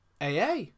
AA